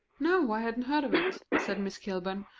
no, i hadn't heard of it, said miss kilburn,